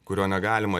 kurio negalima